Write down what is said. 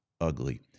ugly